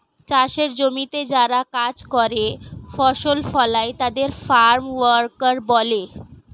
চাষের জমিতে যারা কাজ করে, ফসল ফলায় তাদের ফার্ম ওয়ার্কার বলে